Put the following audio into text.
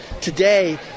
today